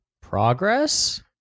Progress